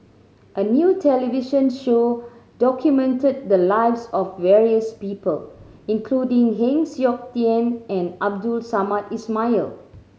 a new television show documented the lives of various people including Heng Siok Tian and Abdul Samad Ismail